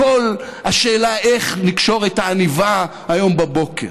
הכול השאלה איך לקשור את העניבה היום בבוקר.